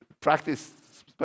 practice